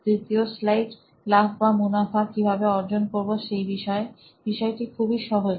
তৃতীয় স্লাইড লাভ বা মুনাফা কিভাবে অর্জন করবো সেই বিষয় বিষয়টি খুবই সহজ